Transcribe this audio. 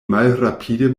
malrapide